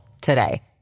today